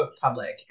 Public